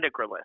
integralist